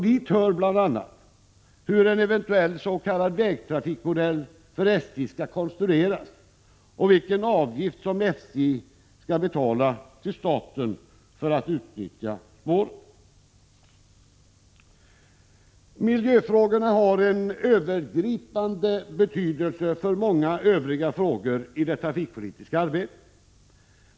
Dit hör bl.a. hur en eventuell s.k. vägtrafikmodell för SJ skall konstrueras och vilken avgift som SJ skall betala till staten för att utnyttja spåren. Miljöfrågorna har en övergripande betydelse för många övriga frågor i det trafikpolitiska arbetet.